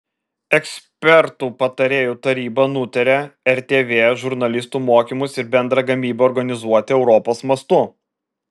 ekspertų patarėjų taryba nutarė rtv žurnalistų mokymus ir bendrą gamybą organizuoti europos mastu